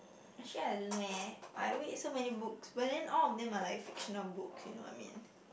actually I don't know eh I read so many books but then all of them are like fictional book you know what I mean